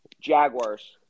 Jaguars